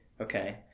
Okay